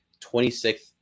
26th